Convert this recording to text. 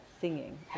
singing